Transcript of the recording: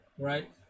right